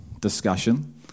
discussion